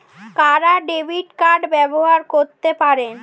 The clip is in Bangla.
কারা ডেবিট কার্ড ব্যবহার করতে পারেন?